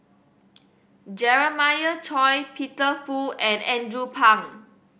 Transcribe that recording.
Jeremiah Choy Peter Fu and Andrew Phang